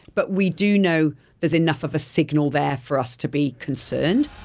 but we do know there's enough of a signal there for us to be concerned.